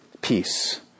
peace